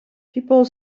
people